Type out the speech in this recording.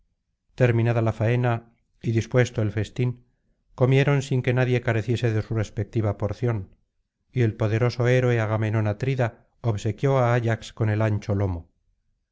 terminada la faena y dispuesto el festín comieron sin que nadie careciese de su respectiva porción y el poderoso héroe agamenón atrida obsequió á ayax con el ancho lomo